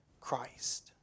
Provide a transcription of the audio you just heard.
Christ